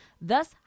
Thus